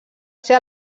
ser